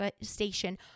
station